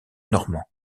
normands